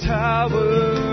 tower